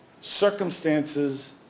circumstances